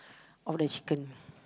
of the chicken